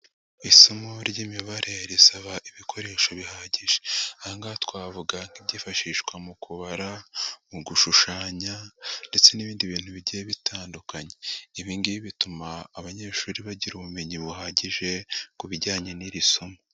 Isomo ry'imibare risaba ibikoresho bihagije. Aha hangaha twavuga nk'ibyifashishwa mu kubara, mu gushushanya ndetse n'ibindi bintu bigiye bitandukanye. Ibi ngibi bituma abanyeshuri bagira ubumenyi buhagije ku bijyanye n'iri somo.